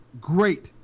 great